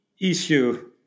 issue